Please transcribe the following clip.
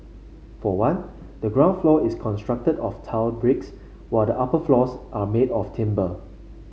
for one the ground floor is constructed of tiled bricks while the upper floors are made of timber